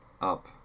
up